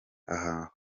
aho